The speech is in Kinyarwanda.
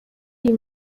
iyi